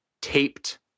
taped